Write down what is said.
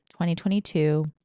2022